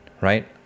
right